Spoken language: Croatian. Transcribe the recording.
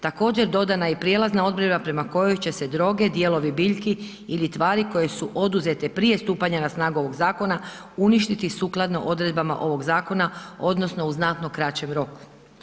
Također dodana je i prijelazna odredba prema kojoj će se droge, dijelovi biljki ili tvari koje su oduzete prije stupanja na snagu ovog zakona uništiti sukladno odredbama ovog zakona odnosno u znatno kraćem roku.